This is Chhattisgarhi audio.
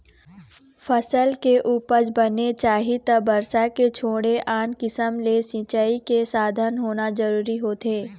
फसल के उपज बने चाही त बरसा के छोड़े आन किसम ले सिंचई के साधन होना जरूरी होथे